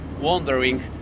wondering